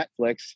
Netflix